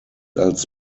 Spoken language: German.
als